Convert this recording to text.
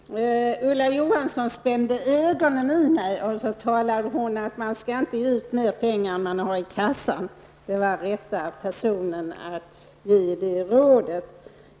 Herr talman! Ulla Johanssons spände ögonen i mig och sade att man inte skall ge ut mer pengar än man har i kassan. Jag är just den rätta personen att få det rådet.